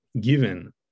given